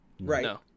right